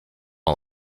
all